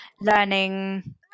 learning